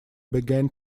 began